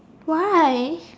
why